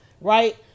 right